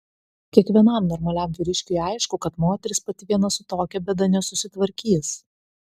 kiekvienam normaliam vyriškiui aišku kad moteris pati viena su tokia bėda nesusitvarkys